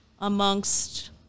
amongst –